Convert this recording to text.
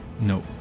No